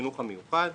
בחינוך המיוחד.